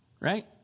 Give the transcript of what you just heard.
right